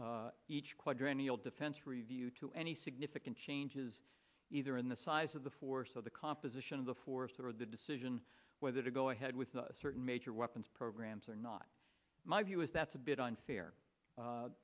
quadrennial defense review to any significant changes either in the size of the force of the composition of the force or the decision whether to go ahead with certain major weapons programs or not my view is that's a bit unfair